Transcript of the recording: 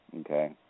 okay